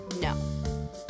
no